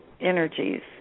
energies